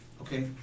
Okay